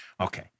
Okay